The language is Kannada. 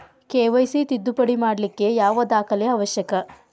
ಕೆ.ವೈ.ಸಿ ತಿದ್ದುಪಡಿ ಮಾಡ್ಲಿಕ್ಕೆ ಯಾವ ದಾಖಲೆ ಅವಶ್ಯಕ?